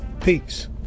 peace